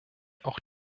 auch